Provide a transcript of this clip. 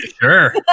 Sure